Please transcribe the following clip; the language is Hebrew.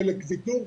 חלק ויתור,